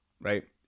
right